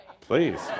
Please